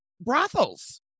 brothels